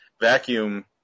vacuum